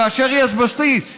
כאשר יש בסיס,